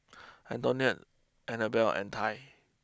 Antionette Annabell and Tai